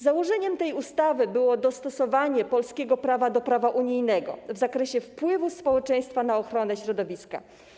Założeniem tej ustawy było dostosowanie polskiego prawa do prawa unijnego w zakresie wpływu społeczeństwa na ochronę środowiska.